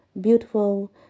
beautiful